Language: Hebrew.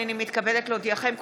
הינני מתכבדת להודיעכם,